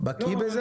שבקיא בזה?